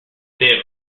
they